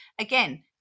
again